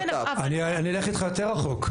אני אלך איתך יותר רחוק,